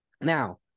Now